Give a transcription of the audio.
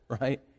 right